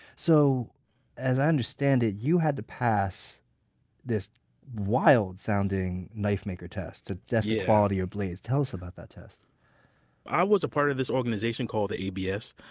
so as i understand it, you had to pass this wild sounding knife maker test to test the quality of blades. tell us about that test i was a part of this organization called the abs,